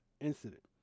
incident